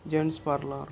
gents parlour